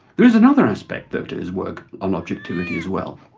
there is another aspect, though, to his work on objectivity as well.